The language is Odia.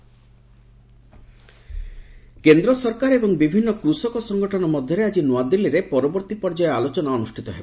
ଗଭ୍ ଫାର୍ମର୍ସ୍ ଟକ୍ କେନ୍ଦ୍ର ସରକାର ଏବଂ ବିଭିନ୍ନ କୃଷକ ସଙ୍ଗଠନ ମଧ୍ୟରେ ଆଜି ନୂଆଦିଲ୍ଲୀରେ ପରବର୍ତ୍ତୀ ପର୍ଯ୍ୟାୟ ଆଲୋଚନା ଅନୁଷ୍ଠିତ ହେବ